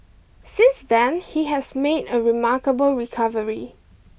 since then he has made a remarkable recovery